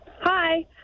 Hi